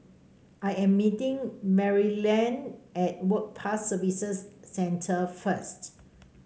I am meeting Maryellen at Work Pass Services Centre first